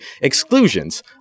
exclusions